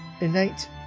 innate